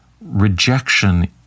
rejection